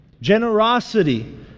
Generosity